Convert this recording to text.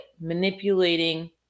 manipulating